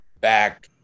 back